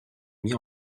mis